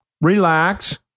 Relax